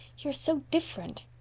you're so different.